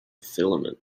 filament